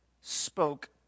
spoke